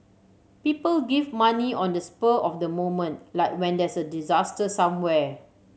people give money on the spur of the moment like when there's a disaster somewhere